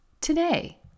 today